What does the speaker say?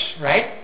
right